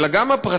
אלא גם הפרטים,